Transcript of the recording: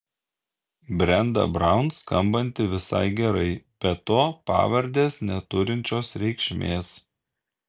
brenda braun skambanti visai gerai be to pavardės neturinčios reikšmės